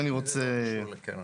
זה לא קשור לקרן.